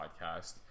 podcast